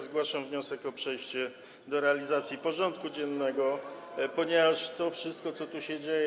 Zgłaszam wniosek o przejście do realizacji porządku dziennego, [[Poruszenie na sali]] ponieważ to wszystko, co tu się dzieje.